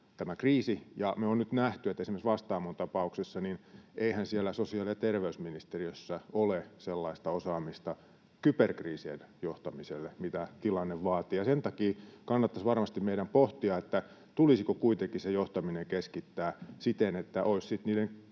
tapahtuu, ja me ollaan nyt nähty esimerkiksi Vastaamon tapauksessa, että eihän siellä sosiaali- ja terveysministeriössä ole sellaista osaamista kyberkriisien johtamiselle, mitä tilanne vaatii. Sen takia meidän kannattaisi varmasti pohtia, tulisiko kuitenkin se johtaminen keskittää siten, että olisi kyberkriisien